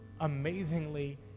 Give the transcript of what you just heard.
amazingly